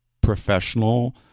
professional